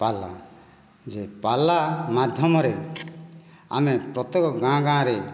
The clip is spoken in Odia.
ପାଲା ଯେ ପାଲା ମାଧ୍ୟମରେ ଆମେ ପ୍ରତ୍ୟେକ ଗାଁ ଗାଁରେ